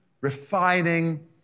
refining